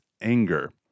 anger